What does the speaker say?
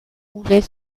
roulait